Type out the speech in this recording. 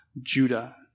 Judah